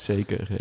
Zeker